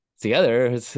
together